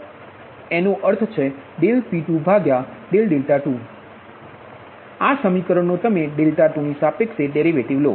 તેથી આ2હવે રદ કરવામાં આવશે જો તમે ડેરિવેટિવ લેશો તો Pii કહો કે તે ત્રાંસા છે તેથી i 2 એનો અર્થ છે P22હવે તમે આ સમીકરણ નો 2 ની સાપેક્ષે ડેરિવેટિવ લો